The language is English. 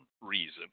reason